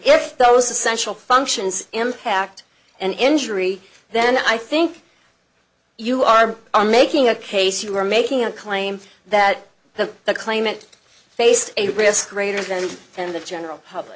if those essential functions impact an injury then i think you are are making a case you are making a claim that the claimant faced a risk greater than than the general public